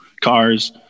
cars